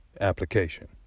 application